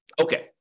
Okay